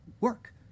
work